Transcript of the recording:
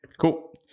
Cool